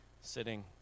sitting